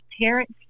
parents